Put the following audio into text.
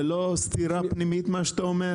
זה אל סתירה פנימית מה שאתה אומר?